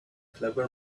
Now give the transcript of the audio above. clever